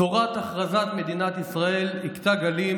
בשורת ההכרזה על מדינת ישראל הכתה גלים